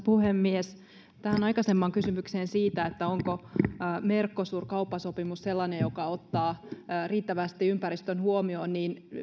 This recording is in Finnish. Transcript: puhemies tähän aikaisempaan kysymykseen siitä onko mercosur kauppasopimus sellainen joka ottaa riittävästi ympäristön huomioon